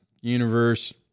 universe